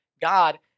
God